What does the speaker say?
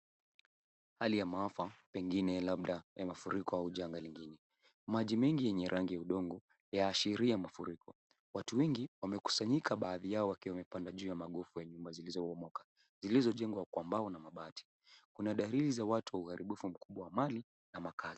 Hali ya maafa pengine labda ya mafuriko au janga lingine, Maji mengi yenye rangi ya udongo yaashiria mafuriko. Watu wengi wamekusanyika baadhi yao wakiwa wamepanda juu ya magofu ya nyumba zilizobomoka zilizojengwa kwa mbao na mabati. Kuna dalili ya watu wa uharibifu mkubwa wa mali na makazi.